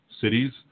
cities